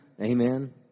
Amen